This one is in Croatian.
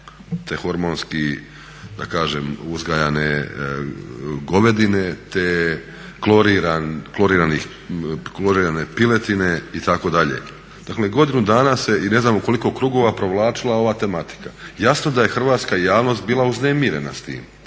te hormonski da kažem uzgajane govedine te klorirane piletine itd.. Dakle godinu dana se i ne znam u koliko krugova provlaćila ova tematika. Jasno da je hrvatska javnost bila uznemirena sa time.